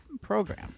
program